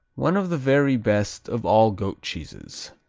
one of the very best of all goat cheeses.